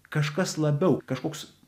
kažkas labiau kažkoks